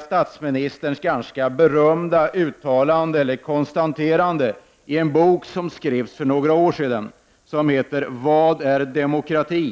statsministerns numera berömda konstaterande i en bok som skrevs för några år sedan med titeln Vad är socialdemokrati?